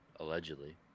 allegedly